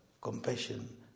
compassion